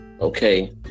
okay